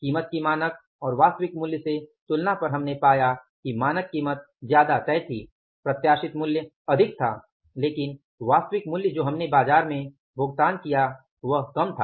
कीमत की मानक और वास्तविक मूल्य से तुलना पर हमने पाया कि मानक कीमत ज्यादा तय थी प्रत्याशित मूल्य अधिक था लेकिन वास्तविक मूल्य जो हमने बाजार में भुगतान किया वह कम था